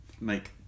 make